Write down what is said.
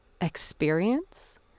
experience